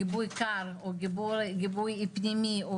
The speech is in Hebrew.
גיבוי קר או גיבוי פנימי,